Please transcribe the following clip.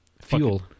Fuel